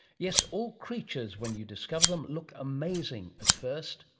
yes, all creatures when you discover them look amazing at first.